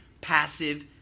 passive